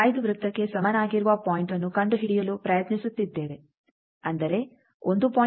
5 ವೃತ್ತಕ್ಕೆ ಸಮನಾಗಿರುವ ಪಾಯಿಂಟ್ಅನ್ನು ಕಂಡುಹಿಡಿಯಲು ಪ್ರಯತ್ನಿಸುತ್ತಿದ್ದೇವೆ ಅಂದರೆ 1